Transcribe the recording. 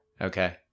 Okay